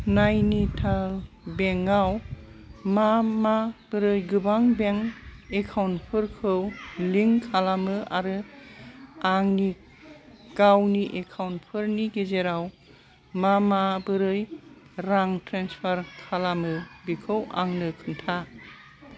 नाइनिटाल बेंकआव मा माब्रै गोबां बेंक एकाउन्टफोरखौ लिंक खालामो आरो आंनि गावनि एकाउन्टफोरनि गेजेराव मा माबोरै रां ट्रेन्सफार खालामो बेखौ आंनो खोन्था